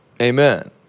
Amen